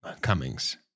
Cummings